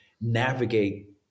navigate